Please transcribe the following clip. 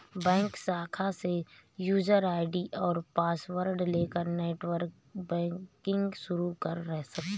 bank शाखा से user ID और पॉसवर्ड लेकर नेटबैंकिंग शुरू कर सकते है